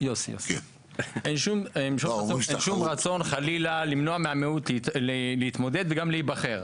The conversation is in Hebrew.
אין שום רצון חלילה למנוע מהמיעוט להתמודד וגם להיבחר.